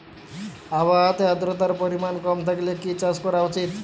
আবহাওয়াতে আদ্রতার পরিমাণ কম থাকলে কি চাষ করা উচিৎ?